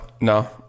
no